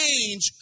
change